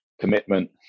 commitment